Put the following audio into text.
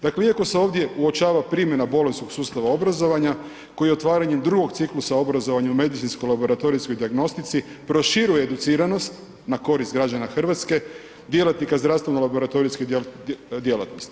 Dakale, iako se ovdje uočava primjena bolonjskog sustava obrazovanja koji otvaranjem drugog ciklusa obrazovanja u medicinsko-laboratorijskoj dijagnostici proširuje educiranost na korist građana Hrvatske, djelatnika zdravstveno-laboratorijske djelatnosti.